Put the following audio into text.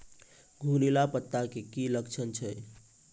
घुंगरीला पत्ता के की लक्छण छै?